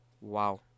Wow